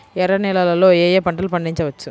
ఎర్ర నేలలలో ఏయే పంటలు పండించవచ్చు?